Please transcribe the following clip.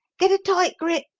get a tight grip!